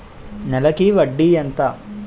నెలకి వడ్డీ ఎంత?